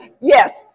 Yes